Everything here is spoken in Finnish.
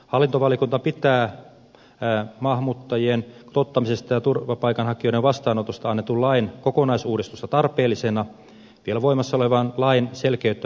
hallintovaliokunta pitää maahanmuuttajien ottamisesta ja turvapaikan hakijoiden vastaanotosta annetun lain kokonaisuudistusta tarpeellisena vielä voimassa olevan lain selkeyttäminen on tärkeää